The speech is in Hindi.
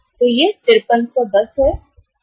तो यह 5310 है और फिर यह 3750 सही है